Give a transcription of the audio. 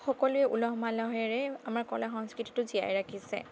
সকলোৱে উলহ মালহেৰে আমাৰ কলা সংস্কৃতিটো জীয়াই ৰাখিছে